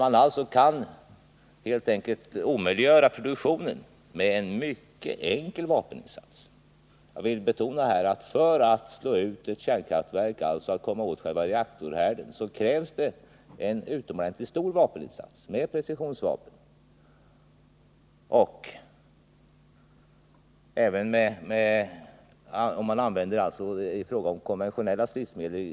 Man kan därför omöjliggöra produktionen med en mycket enkel vapeninsats. För att slå ut ett kärnkraftverk genom att komma åt själva reaktorhärden krävs det däremot en stor insats med precisionsvapen om man använder konventionella stridsmedel.